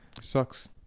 Sucks